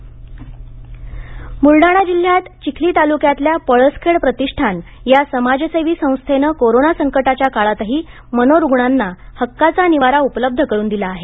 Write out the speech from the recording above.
ब्लडाणा मनोरूग्ण संस्था बुलडाणा जिल्ह्यात चिखली तालुक्यातल्या पळसखेड प्रतिष्ठान या समाजसेवी संस्थेनं कोरोना संकटाच्या काळातही मनोरुग्णांना हक्काचा निवारा उपलब्ध करून दिला आहे